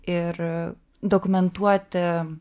ir dokumentuoti